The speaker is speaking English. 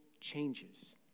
changes